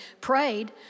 prayed